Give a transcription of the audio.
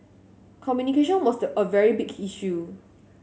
communication was the a very big issue